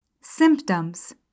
Symptoms